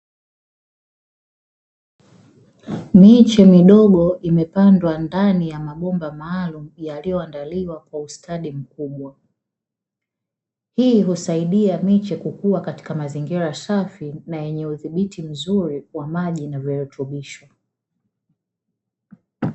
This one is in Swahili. Miche midogo imepandwa ndani ya mabomba maalumu yaliyoandaliwa kwa ustadi mkubwa. Hii husaidia miche kukua katika mazingira safi na yenye udhibiti mzuri wa maji na virutubisho.